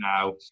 now